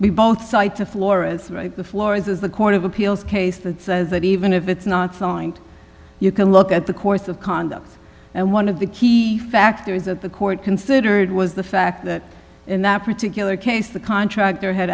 we both side to flora's the floor is the court of appeals case that says that even if it's not signed you can look at the course of conduct and one of the key factor is that the court considered was the fact that in that particular case the contractor had